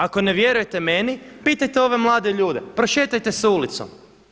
Ako ne vjerujete meni, pitajte ove mlade ljude, prošetajte se ulicom.